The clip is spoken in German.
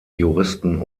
juristen